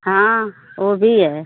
हाँ ओ भी है